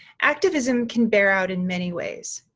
activism can bear out in many ways,